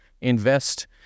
invest